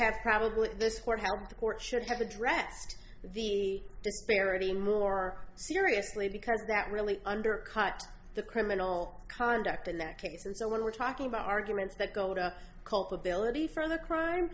have probably this would help the court should have addressed the disparity more seriously because that really undercut the criminal conduct in that case and so when we're talking about arguments that go without culpability for the crime